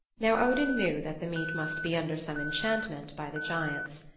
now odin knew that the meat must be under some enchantment by the giants.